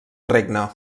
regne